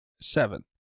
Seven